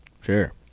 Sure